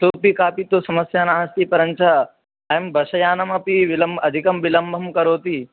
इतोपि कापि तु समस्या नास्ति परं च अयं बस्यानमपि विलम्बम् अधिकं विलम्बं करोति